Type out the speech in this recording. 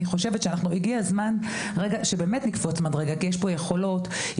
הגיע הזמן שנקפוץ מדרגה כי יש פה יכולות.